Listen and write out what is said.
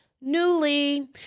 Newly